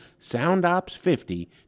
soundops50